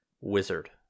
Wizard